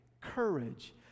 courage